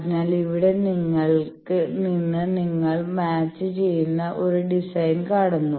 അതിനാൽ ഇവിടെ നിന്ന് നിങ്ങൾ മാച്ച് ചെയുന്ന ഒരു ഡിസൈൻ കാണുന്നു